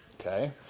okay